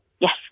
Yes